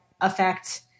affect